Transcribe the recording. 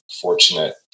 fortunate